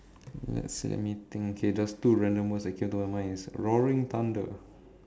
let's see let me think okay just two random words that came to my mind is roaring thunder